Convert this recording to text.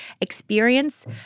experience